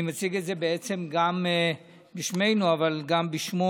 אני מציג את זה גם בשמנו, אבל גם בשמו.